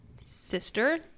sister